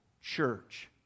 church